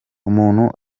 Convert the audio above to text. umuntu